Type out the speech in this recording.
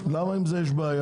למה עם זה יש בעיה?